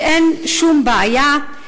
שאין שום בעיה.